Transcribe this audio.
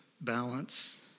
balance